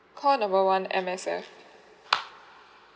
call number one M_S_F